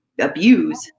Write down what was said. abuse